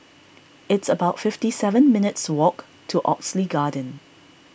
it's about fifty seven minutes' walk to Oxley Garden